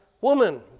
woman